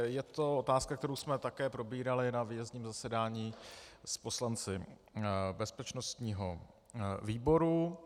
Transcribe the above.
Je to otázka, kterou jsme také probírali na výjezdním zasedání s poslanci bezpečnostního výboru.